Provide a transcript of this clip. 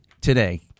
today